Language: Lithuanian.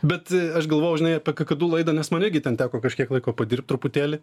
bet aš galvojau žinai apie kakadu laidą nes man irgi ten teko kažkiek laiko padirbt truputėlį